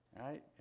right